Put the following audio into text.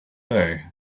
day